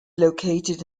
located